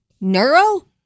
Neuro